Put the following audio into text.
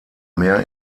mehr